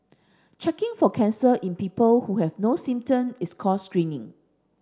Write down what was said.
checking for cancer in people who have no symptom is called screening